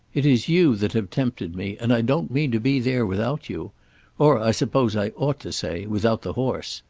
it is you that have tempted me and i don't mean to be there without you or i suppose i ought to say, without the horse.